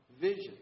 vision